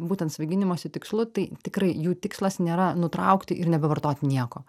būtent svaiginimosi tikslu tai tikrai jų tikslas nėra nutraukti ir nebevartot nieko